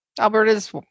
Alberta's